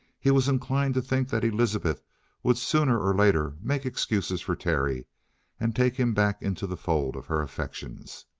he was inclined to think that elizabeth would sooner or later make excuses for terry and take him back into the fold of her affections.